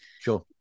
Sure